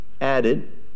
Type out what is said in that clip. added